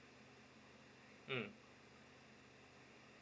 mm